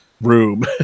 room